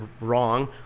wrong